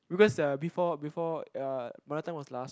because uh before before uh mother tongue was last